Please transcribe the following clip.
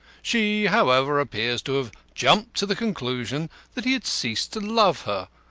she, however, appears to have jumped to the conclusion that he had ceased to love her,